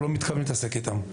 אנחנו לא מתכוונים להתעסק איתם.